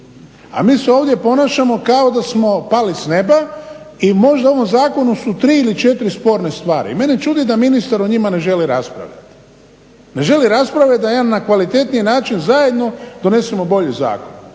A mi se ovdje ponašamo kao da smo pali s nema i možda u ovom zakonu su tri ili četiri sporne stvari i mene čuti da ministar o njima ne želi raspravljati. Ne želi raspravljati na jedan kvalitetniji način zajedno donesemo bolji zakon.